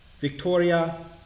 Victoria